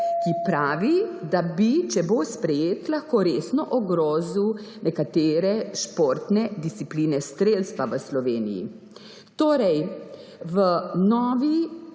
ki pravi, da bi, če bo sprejet, lahko resno ogrozil nekatere športne discipline strelstva v Sloveniji. Torej, v Novi